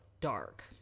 dark